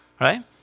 Right